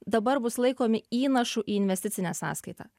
dabar bus laikomi įnašu į investicinę sąskaitą